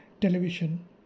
television